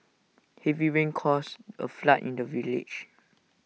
heavy rains caused A flood in the village